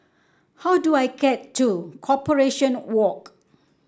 how do I get to Corporation Walk